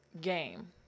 game